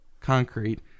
concrete